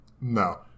No